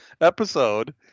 episode